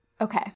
Okay